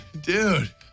Dude